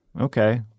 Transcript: okay